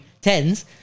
tens